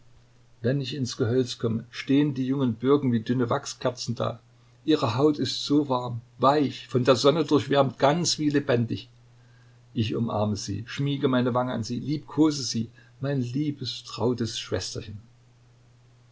wenn ich ins gehölz komme stehen die jungen birken wie dünne wachskerzen da ihre haut ist so warm weich von der sonne durchwärmt ganz wie lebendig ich umarme sie schmiege meine wange an sie liebkose sie mein liebes trautes schwesterchen